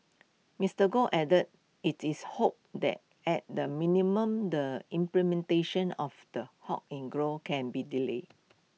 Mister Goh added IT is hoped that at the minimum the implementation of the halt in growth can be delayed